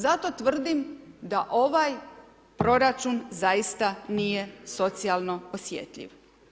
Zato tvrdim da ovaj proračun zaista nije socijalno osjetljiv.